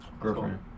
Girlfriend